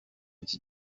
iki